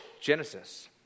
Genesis